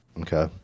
Okay